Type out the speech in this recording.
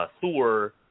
Thor